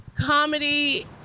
comedy